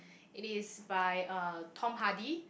it is by uh Tom-Hardy